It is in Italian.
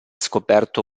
scoperto